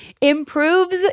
improves